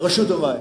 רשות המים.